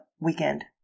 weekend